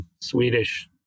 Swedish